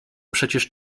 przecież